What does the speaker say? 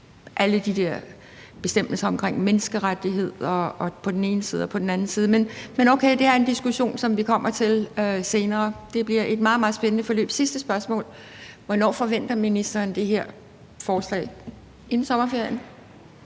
alle de der bestemmelser omkring menneskerettigheder og på den ene side og på den anden side. Men okay, det er en diskussion, som vi kommer til senere. Det bliver et meget, meget spændende forløb. Sidste spørgsmål: Hvornår forventer ministeren det her forslag? Skal det være inden sommerferien,